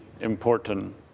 important